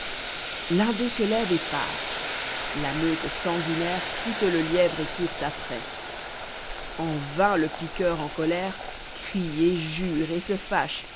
l'un d'eux se lève etpart la meute sanguinaire quitte le lièvre et court après en vain le piqueur en colère crie et jure et se fâche